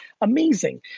amazing